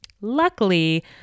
luckily